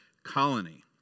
colony